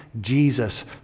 Jesus